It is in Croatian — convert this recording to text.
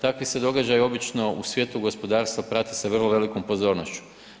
Takvi se događaji obično u svijetu gospodarstva prate sa vrlo velikom pozornošću.